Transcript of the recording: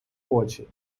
очі